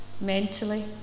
mentally